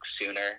sooner